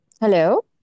hello